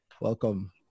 Welcome